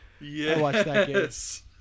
Yes